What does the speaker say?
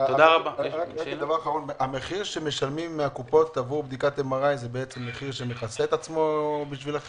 המחיר שמשלמות הקופות עבור בדיקת MRI מכסה את הבדיקה,